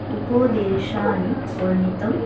उपदेशानि वर्णितम्